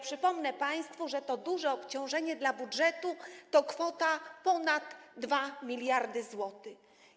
Przypomnę państwu, że to duże obciążenie dla budżetu to kwota ponad 2 mld zł.